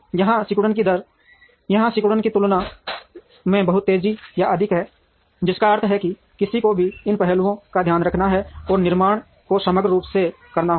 यहाँ सिकुड़न की दर यहाँ सिकुड़न की तुलना में बहुत तेज़ या अधिक है जिसका अर्थ है कि किसी को भी इन पहलुओं का ध्यान रखना और निर्णय को समग्र रूप से करना होगा